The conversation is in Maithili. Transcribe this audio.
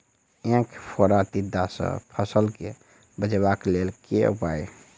ऐंख फोड़ा टिड्डा सँ फसल केँ बचेबाक लेल केँ उपाय?